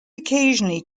occasionally